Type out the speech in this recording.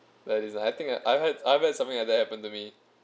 like I think I had I had something like that happened to me